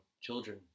children